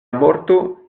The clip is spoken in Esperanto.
morto